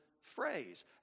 phrase